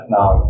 now